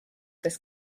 this